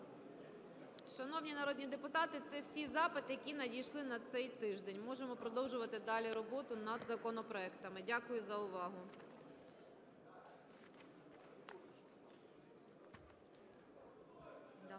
Шановні народні депутати, це всі запити, які надійшли на цей тиждень. Можемо продовжувати далі роботу над законопроектами. Дякую за увагу.